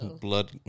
blood